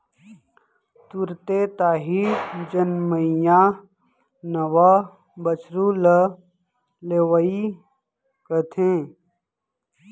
तुरते ताही जनमइया नवा बछरू ल लेवई कथें